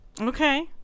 Okay